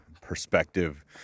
perspective